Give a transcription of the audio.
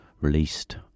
released